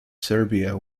serbia